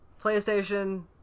PlayStation